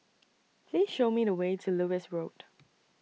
Please Show Me The Way to Lewis Road